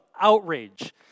outrage